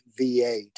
V8